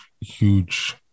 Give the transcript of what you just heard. huge